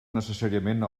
necessàriament